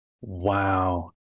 Wow